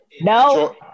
No